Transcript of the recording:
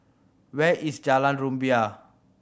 where is Jalan Rumbia